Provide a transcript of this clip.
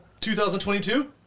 2022